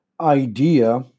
idea